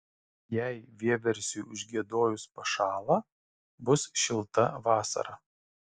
jei vieversiui užgiedojus pašąla bus šilta vasara